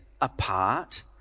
apart